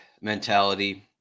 mentality